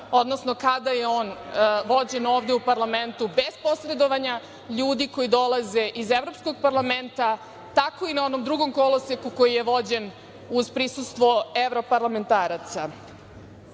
odnosno kada je on vođen ovde u parlamentu bez posredovanja ljudi koji dolaze iz Evropskog parlamenta, tako i na onom drugom koloseku koji je vođen uz prisustvo evroparlamentaraca. Ja